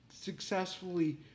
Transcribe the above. successfully